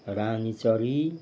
रानी चरी